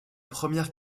première